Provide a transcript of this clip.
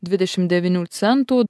dvidešimt devynių centų